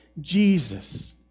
Jesus